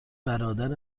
برادر